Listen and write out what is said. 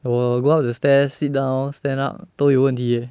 I will go out to stairs sit down stand up 都有问题 eh